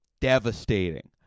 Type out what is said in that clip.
devastating